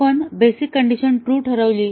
आपण basic condition true ठरवली